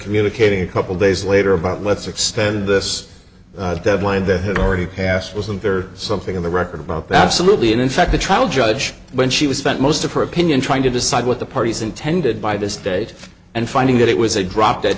communicating a couple days later about let's extend this deadline that had already passed wasn't there something in the record about that absolutely and in fact the trial judge when she was spent most of her opinion trying to decide what the parties intended by this date and finding that it was a drop dead